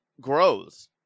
grows